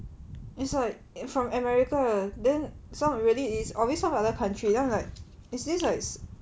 it's like from america then some really is always some other country then I'm like is this like